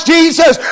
Jesus